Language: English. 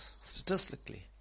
statistically